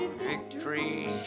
victory